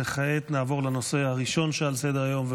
וכעת נעבור לנושא הראשון שעל סדר-היום,